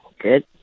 good